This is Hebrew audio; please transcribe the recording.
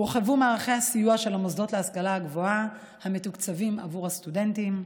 הורחבו מערכי הסיוע של המוסדות להשכלה הגבוהה המתוקצבים עבור הסטודנטים.